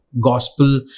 gospel